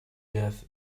death